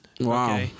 Wow